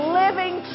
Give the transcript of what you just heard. living